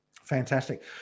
Fantastic